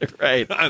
Right